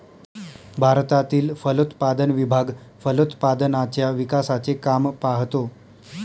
भारतातील फलोत्पादन विभाग फलोत्पादनाच्या विकासाचे काम पाहतो